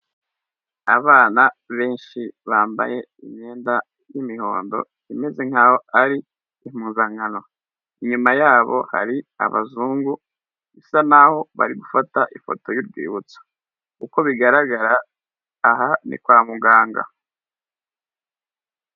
Abana benshi bambaye imyenda y'imihondo, imeze nkaho ari impuzankano, inyuma yabo hari abazungu bisa naho bari gufata ifoto y'urwibutso, uko bigaragara aha ni kwa muganga.